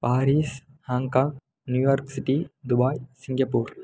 Paris Hong Kong New York city Dubai Singapore